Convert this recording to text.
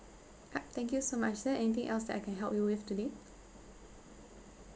ah thank you so much is there anything else that I can help you with today